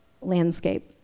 landscape